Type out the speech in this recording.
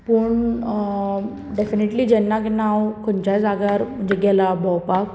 पूण डेफिनिटली जेन्ना केन्ना हांव खंयच्याय जाग्यार गेलां भोंवपाक